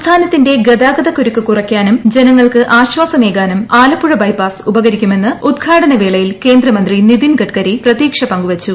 സംസ്ഥാനത്തിന്റെ ഗതാഗതക്കുരുക്ക് കുറയ്ക്കാനും ജനങ്ങൾക്ക് ആശ്വാസമേകാനും ആലപ്പുഴ ബൈപ്പാസ് ഉപകരിക്കുമെന്ന് ഉദ്ഘാടന വേളയിൽ കേന്ദ്രി നിതിൻ ഗഡ്കരി പ്രതീക്ഷ പങ്കൂവച്ചു